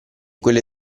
quelle